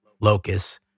locus